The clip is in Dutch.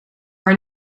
haar